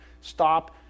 stop